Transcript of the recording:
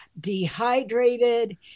dehydrated